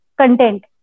content